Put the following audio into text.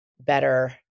better